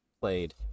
played